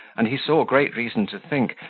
and he saw great reason to think,